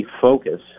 focus